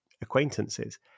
acquaintances